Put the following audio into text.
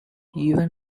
even